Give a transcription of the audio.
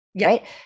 Right